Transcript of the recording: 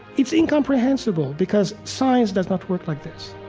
it's incomprehensible because science does not work like this